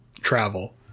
travel